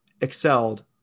excelled